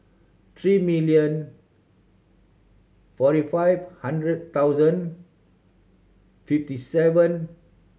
three million forty five hundred thousand fifty seven